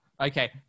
Okay